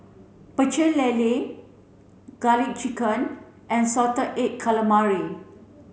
Pecel Lele garlic chicken and salted egg calamari